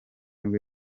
nibwo